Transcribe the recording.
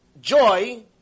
joy